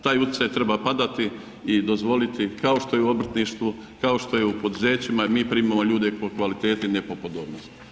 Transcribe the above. Taj utjecaj treba padati i dozvoliti kao što je u obrtništvu, kao što je u poduzećima jer mi primamo ljude po kvaliteti a ne po podobnosti.